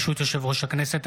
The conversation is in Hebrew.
ברשות יושב-ראש הכנסת,